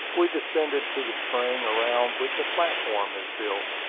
we descended to the spring, around which a platform is built.